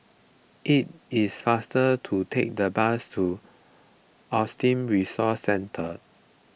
it is faster to take the bus to Autism Resource Centre